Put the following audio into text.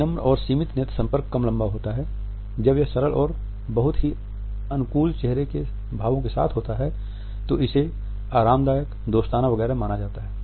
विनम्र और सीमित नेत्र संपर्क कम लंबा होता है जब यह सरल और बहुत ही अनुकूल चेहरे के भावो के साथ होता है तो इसे आरामदायक दोस्ताना वगैरह माना जाता है